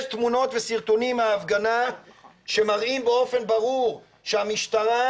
יש תמונות וסרטונים מההפגנה שמראים באופן ברור שהמשטרה